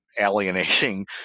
alienating